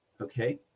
Okay